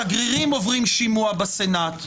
שגרירים עוברים שימוע בסנט,